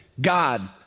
God